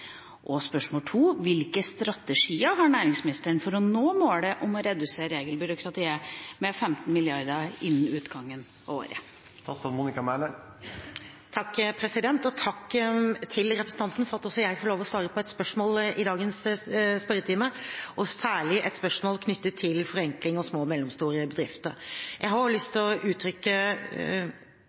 Spørsmål 2: Hvilke strategier har næringsministeren for å nå målet om å redusere kostnader knyttet til regelbyråkratiet med 15 mrd. kr innen utgangen av året? Takk til representanten for at også jeg får lov til å svare på et spørsmål i dagens spørretime, og særlig på et spørsmål knyttet til forenkling og til små og mellomstore bedrifter. Jeg har også lyst til å uttrykke